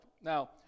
Now